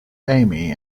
amy